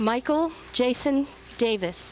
michael jason davis